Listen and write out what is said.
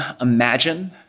Imagine